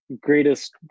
greatest